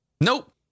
Nope